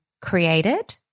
created